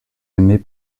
aimées